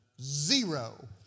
Zero